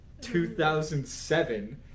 2007